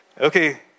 Okay